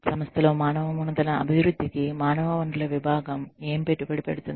సంస్థలో మానవ మూలధన అభివృద్ధికి మానవ వనరుల విభాగం ఏం పెట్టుబడి పెడుతుంది